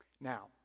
Now